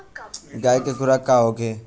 गाय के खुराक का होखे?